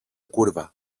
curva